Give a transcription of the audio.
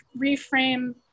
reframe